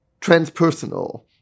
transpersonal